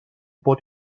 pot